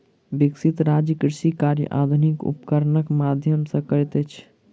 विकसित राज्य कृषि कार्य आधुनिक उपकरणक माध्यम सॅ करैत अछि